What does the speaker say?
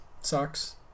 sucks